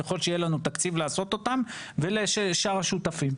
ככל שיהיה לנו תקציב לעשות אותן ולשאר השותפים.